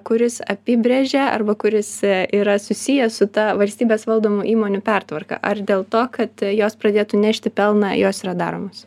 kuris apibrėžia arba kuris yra susijęs su ta valstybės valdomų įmonių pertvarka ar dėl to kad jos pradėtų nešti pelną jos yra daromos